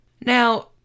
Now